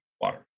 water